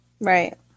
Right